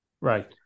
Right